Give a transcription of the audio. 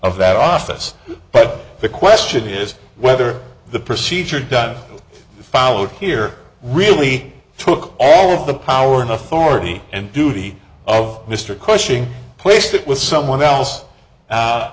of that office but the question is whether the procedure done followed here really took all of the power and authority and duty of mr cushing placed it with someone